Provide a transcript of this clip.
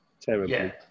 terribly